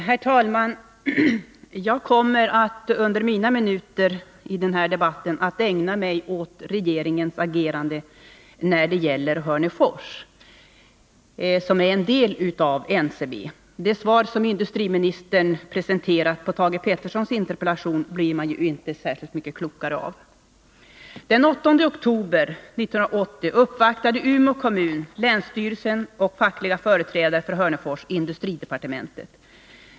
Herr talman! Jag kommer under mina minuter i den här debatten att ägna mig åt regeringens agerande när det gäller Hörnefors, som är en del av NCB. Det svar som industriministern presenterat på Thage Petersons interpellation blir man ju inte särskilt mycket klokare av. Den 8 oktober 1980 uppvaktade Umeå kommun, länsstyrelsen och fackliga företrädare för Hörnefors industridepartementet.